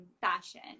fashion